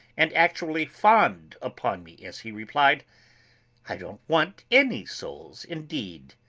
and actually fawned upon me as he replied i don't want any souls, indeed,